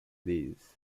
this